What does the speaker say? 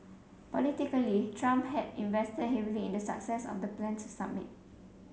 politically Trump had invested heavily in the success of the planned summit